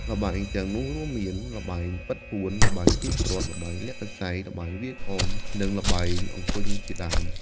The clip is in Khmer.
ល្បែងទាំងនោះរួមមាន ល្បែងបិទពួន ល្បែងទាញព្រ័ត្រ ល្បែងលាក់កន្សែង ល្បែងវាយក្អម និងល្បែងអង្គញ់ជាដើម។